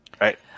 Right